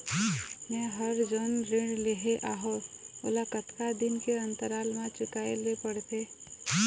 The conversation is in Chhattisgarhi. मैं हर जोन ऋण लेहे हाओ ओला कतका दिन के अंतराल मा चुकाए ले पड़ते?